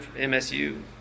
MSU